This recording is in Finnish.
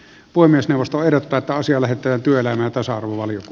puhemiesneuvosto ehdottaa toisia lähettää työelämän tasa arvovaliot